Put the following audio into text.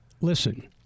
Listen